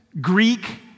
Greek